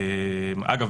אגב,